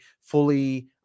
fully